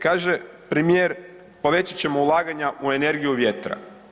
Kaže premijer povećat ćemo ulaganja u energiju vjetra.